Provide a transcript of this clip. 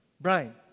Brian